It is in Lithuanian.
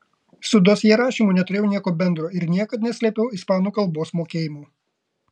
su dosjė rašymu neturėjau nieko bendro ir niekad neslėpiau ispanų kalbos mokėjimo